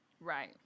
Right